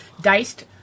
diced